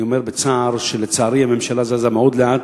אני אומר בצער, לצערי הממשלה זזה מאוד לאט.